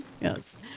Yes